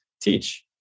teach